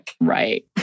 Right